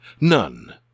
None